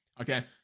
Okay